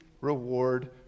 reward